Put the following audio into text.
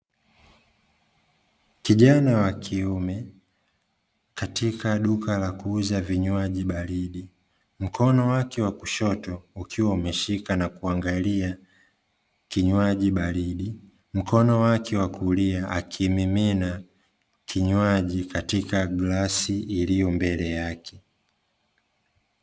Kijana wa kiume katika duka la kuuza vinywaji baridi, mkono wake wa kushoto ukiwa umeshika na kuangalia kinywaji baridi, mkono wake wa kulia akimimina kinywaji katika gilasi iliyo mbele yake.